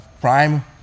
prime